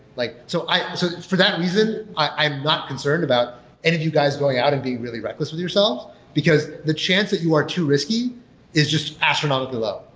like so so for that reason, i'm not concerned about any of you guys going out and being really reckless with yourselves, because the chance that you are too risky is just astronomically low.